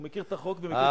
הוא מכיר את החוק ומכיר,